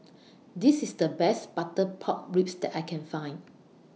This IS The Best Butter Pork Ribs that I Can Find